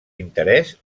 interès